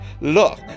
Look